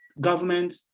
government